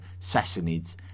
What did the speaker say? Sassanids